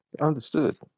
Understood